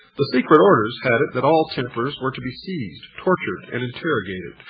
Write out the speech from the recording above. the secret orders had it that all templars were to be seized, tortured and interrogated.